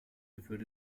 würde